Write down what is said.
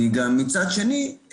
מצד שני,